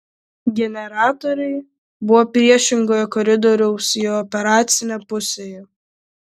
generatoriai buvo priešingoje koridoriaus į operacinę pusėje